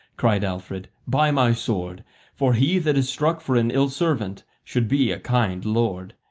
cried alfred, by my sword for he that is struck for an ill servant should be a kind lord.